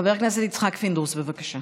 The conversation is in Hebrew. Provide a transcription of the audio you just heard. חבר הכנסת יצחק פינדרוס, בבקשה.